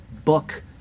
book